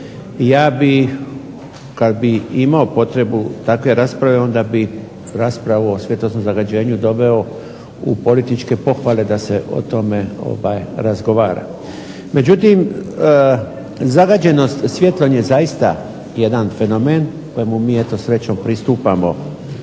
Ja bih kada bih imao potrebu takve rasprave onda bih raspravu o svjetlosnom zagađenju doveo u političke pohvale da se o tome razgovara. Međutim, zagađenost svjetlom je zaista jedan fenomen kojemu mi srećom pristupamo